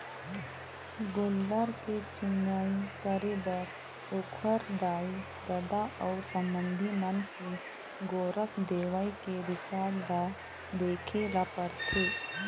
गोल्लर के चुनई करे बर ओखर दाई, ददा अउ संबंधी मन के गोरस देवई के रिकार्ड ल देखे ल परथे